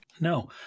no